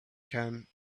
can